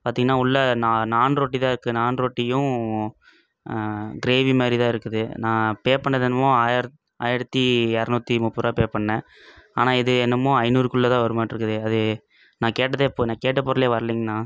பார்த்தீங்கன்னா உள்ள நான் நாண் ரொட்டி தான் இருக்குது நாண் ரொட்டியும் கிரேவி மாதிரி தான் இருக்குது நான் பே பண்ணது என்னமோ ஆயிரத் ஆயிரத்தி இரநூத்தி முப்பதுருபா பே பண்ணிணேன் ஆனால் இது என்னமோ ஐநூறுக்குள்ள தான் வருமாட்டிருக்குது அது நான் கேட்டதே இப்போ நான் கேட்ட பொருளே வரலிங்ணா